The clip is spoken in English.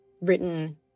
written